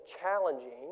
challenging